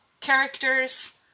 characters